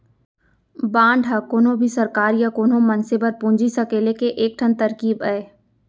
bond ह कोनो भी सरकार या कोनो मनसे बर पूंजी सकेले के एक ठन तरकीब अय